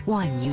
one